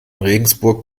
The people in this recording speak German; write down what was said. regensburg